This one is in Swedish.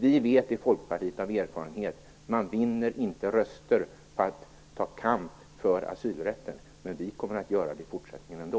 Vi i Folkpartiet vet av erfarenhet att man inte vinner röster på att ta kamp för asylrätten. Men vi kommer att göra det i fortsättningen ändå.